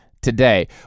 today